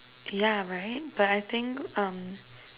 ya right but I think uh